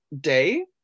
day